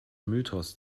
mythos